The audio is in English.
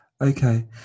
Okay